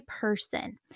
person